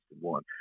one